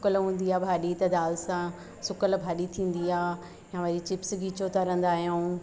सुकियल हूंदी आहे भाॼी त दालि सां सुकियल भाॼी थींदी आहे या वरी चिप्स खीचो तरंदा आहियूं